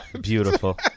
Beautiful